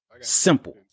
Simple